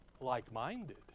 like-minded